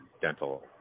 dental